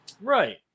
Right